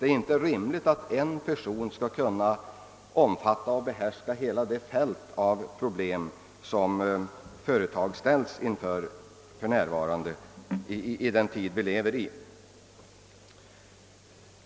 Det är inte rimligt att en person skall kunna behärska hela det komplex av problem som företag ställs inför i den tid vi lever i.